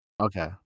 Okay